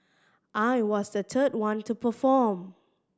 I was the third one to perform